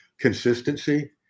consistency